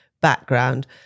background